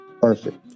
Perfect